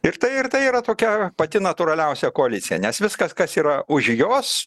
ir tai ir tai yra tokia pati natūraliausia koalicija nes viskas kas yra už jos